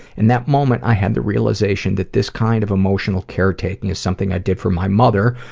in that moment, i had the realization that this kind of emotional caretaking is something i did for my mother,